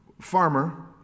Farmer